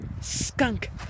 skunk